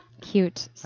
Cute